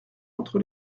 entre